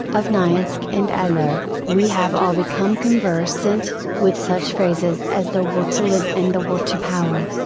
of nietzche and adler, we have all become conversant, with such phrases as the will to live and the will to power.